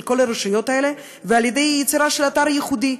כל הרשויות האלה ועל ידי יצירה של אתר ייחודי,